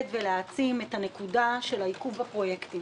ולהעצים את הנקודה של העיכוב בפרויקטים